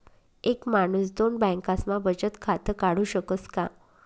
एक माणूस दोन बँकास्मा बचत खातं काढु शकस का?